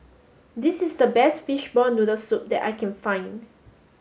this is the best Fishball Noodle Soup that I can find